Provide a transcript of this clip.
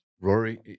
Rory